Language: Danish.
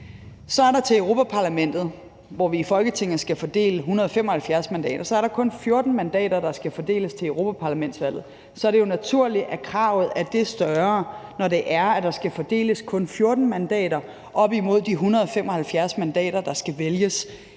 der Europa-Parlamentet. Hvor vi i Folketinget skal fordele 175 mandater, er der kun 14 mandater, der skal fordeles til europaparlamentsvalget. Så er det jo naturligt, at kravet er det større, når der skal fordeles kun 14 mandater op imod de 175 mandater, der skal vælges